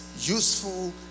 useful